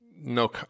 No